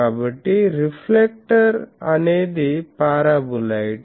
కాబట్టి రిఫ్లెక్టర్ అనేది పారాబొలాయిడ్